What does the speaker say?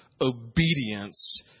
obedience